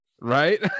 right